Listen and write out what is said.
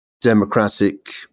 Democratic